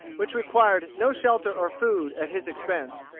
which required no shelter or food at his expense,